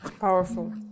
Powerful